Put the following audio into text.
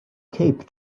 cape